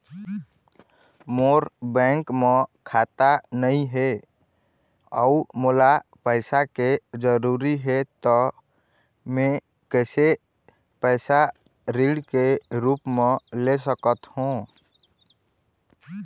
मोर bank म खाता नई हे अउ मोला पैसा के जरूरी हे त मे कैसे पैसा ऋण के रूप म ले सकत हो?